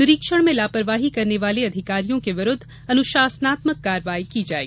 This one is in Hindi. निरीक्षण में लापरवाही करने वाले अधिकारियों के विरूद्ध अनुशासनात्मक कार्यवाही की जाये